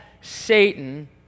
Satan